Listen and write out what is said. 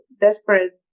desperate